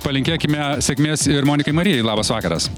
palinkėkime sėkmės ir monikai marijai labas vakaras